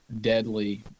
deadly